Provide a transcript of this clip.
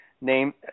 name